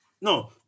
no